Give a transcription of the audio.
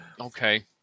okay